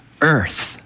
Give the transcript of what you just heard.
earth